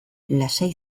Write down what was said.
lasai